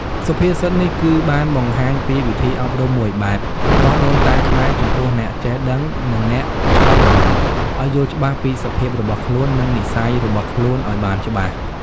សុភាសិតនេះ គឺបានបង្ហាញពីវិធីអប់រំមួយបែប របស់ដូនតាខ្មែរ ចំពោះអ្នកចេះដឹង និងអ្នកឆោតល្ងង់ ឲ្យយល់ច្បាស់ពីសភាពរបស់ខ្លួន និងនិស្ស័យរបស់ខ្លួនឲ្យបានច្បាស់។